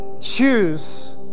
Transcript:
Choose